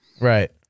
Right